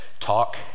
talk